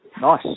Nice